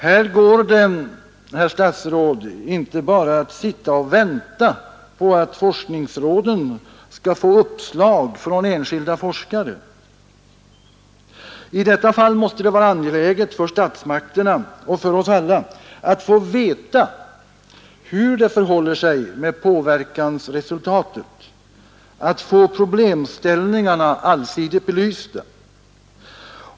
Här går det inte, herr statsråd, att bara sitta och vänta på att forskningsråden skall få in uppslag från enskilda forskare, I detta fall måste det vara angeläget för statsmakterna, och för oss alla, att få veta hur det förhåller sig med påverkansresultatet och att få problemställningarna allsidigt belysta.